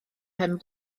pen